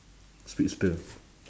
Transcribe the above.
speedster